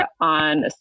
on